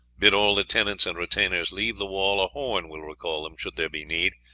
bid all the tenants and retainers leave the wall a horn will recall them should there be need.